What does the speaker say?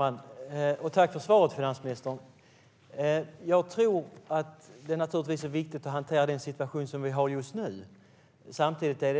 Herr talman! Tack för svaret, finansministern! Det är naturligtvis viktigt att hantera den situation som vi har just nu. Samtidigt är